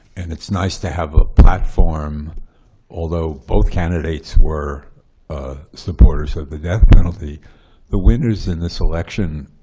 and it's nice to have a platform although both candidates were supporters of the death penalty the winners in this election,